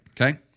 Okay